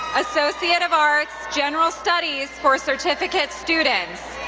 associate of arts, general studies for certificate students.